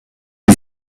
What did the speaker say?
die